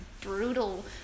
brutal